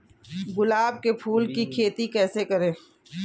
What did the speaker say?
गुलाब के फूल की खेती कैसे करें?